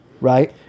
right